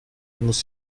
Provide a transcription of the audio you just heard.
muss